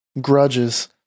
grudges